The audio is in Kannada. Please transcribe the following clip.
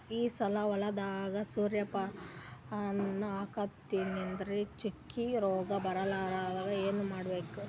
ಈ ಸಲ ಹೊಲದಾಗ ಸೂರ್ಯಪಾನ ಹಾಕತಿನರಿ, ಚುಕ್ಕಿ ರೋಗ ಬರಲಾರದಂಗ ಏನ ಮಾಡ್ಲಿ?